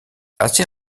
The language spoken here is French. assez